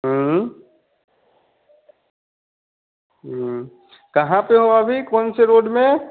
कहाँ पर हो अभी कौन से रोड में